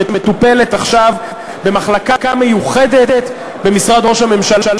שמטופלת עכשיו במחלקה מיוחדת במשרד ראש הממשלה.